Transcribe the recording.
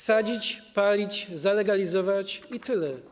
Sadzić, palić, zalegalizować i tyle.